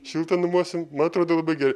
šilta namuose man atrodo labai gerai